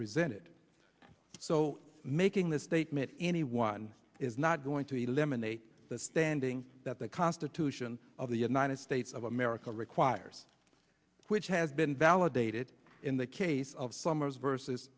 presented so making the statement anyone is not going to eliminate the standing that the constitution of the united states of america requires which has been validated in the case of summers versus